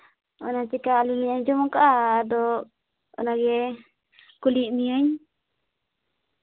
ᱚᱱᱟ ᱪᱮᱠᱟ ᱟᱹᱞᱤᱧ ᱞᱤᱧ ᱟᱸᱡᱚᱢ ᱠᱟᱜᱼᱟ ᱟᱫᱚ ᱚᱱᱟᱜᱮ ᱠᱩᱞᱤᱭᱮᱜ ᱢᱤᱭᱟᱹᱧ